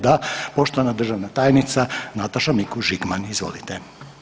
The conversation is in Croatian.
Da, poštovana državna tajnica Nataša Mikuš Žigman, izvolite.